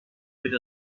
with